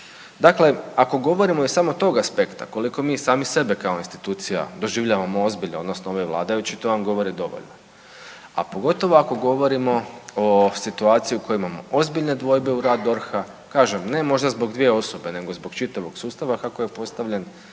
Dakle, ako govorimo iz samo tog aspekta koliko mi sami sebe kao institucija doživljavamo ozbiljno odnosno ovi vladajući to vam govori dovoljno. A pogotovo ako govorimo o situaciji u kojoj imamo ozbiljne dvojbe u rad DORH-a, kažem ne možda zbog 2 osobe nego zbog čitavog sustava kako je postavljen,